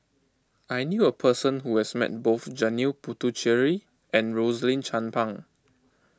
I knew a person who has met both Janil Puthucheary and Rosaline Chan Pang